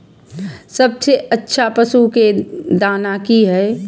सबसे अच्छा पशु के दाना की हय?